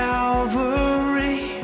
Calvary